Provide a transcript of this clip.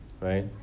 Right